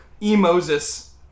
E-Moses